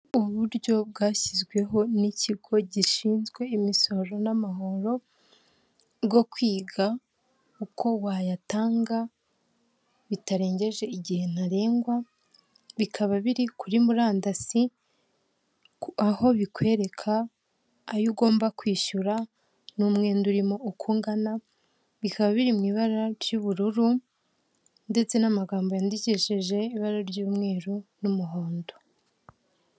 Ubu buryo bwashyizweho n’ikigo gishinzwe imisoro n’amahoro bwo kwiga uko wayatanga bitarengeje igihe ntarengwa, bikaba biri kuri murandasi. Aho bikwereka ayo ugomba kwishyura ni umwenda, urimo uko ugana, bikaba biri mu ibara ry’ubururu, ndetse n’amagambo yandikishije ibara ry’umweru n’umuhondo.